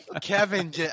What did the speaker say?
kevin